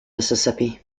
mississippi